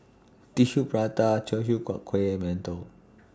Tissue Prata Teochew Huat Kuih mantou